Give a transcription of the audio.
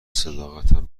صداقتم